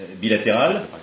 bilatéral